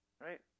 Right